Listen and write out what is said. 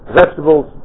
vegetables